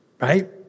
right